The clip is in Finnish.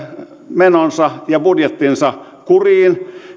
menonsa ja budjettinsa kuriin